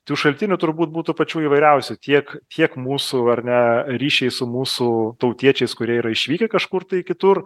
tų šaltinių turbūt būtų pačių įvairiausių tiek tiek mūsų ar ne ryšiai su mūsų tautiečiais kurie yra išvykę kažkur kitur